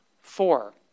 Four